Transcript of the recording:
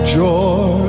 joy